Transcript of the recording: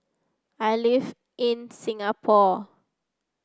I live in Singapore